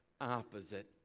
opposite